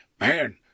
man